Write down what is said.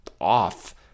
off